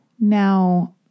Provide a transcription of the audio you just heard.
Now